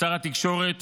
לשר התקשורת